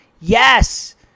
Yes